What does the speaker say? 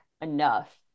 Enough